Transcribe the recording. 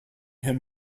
him